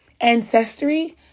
ancestry